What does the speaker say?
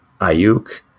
Ayuk